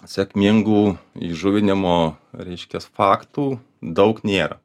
sėkmingų įžuvinimo reiškias faktų daug nėra